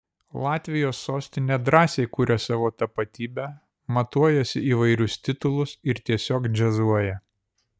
latvijos sostinė drąsiai kuria savo tapatybę matuojasi įvairius titulus ir tiesiog džiazuoja